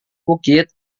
bukit